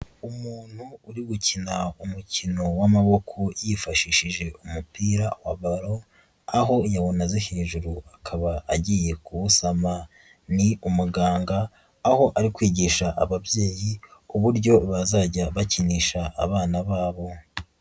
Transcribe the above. Umuntu uri gukina umukino w'amaboko yifashishije umupira wa ballon, aho yawunaze hejuru, akaba agiye kuwusama, ni umuganga aho ari kwigisha ababyeyi uburyo bazajya bakinisha abana babo.